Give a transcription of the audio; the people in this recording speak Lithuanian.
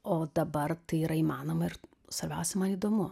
o dabar tai yra įmanoma ir svarbiausia man įdomu